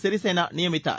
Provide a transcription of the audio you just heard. சிறிசேனா நியமித்தார்